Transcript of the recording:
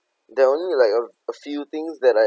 there only like uh a few things that I